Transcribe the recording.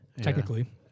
technically